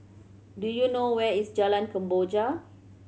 do you know where is Jalan Kemboja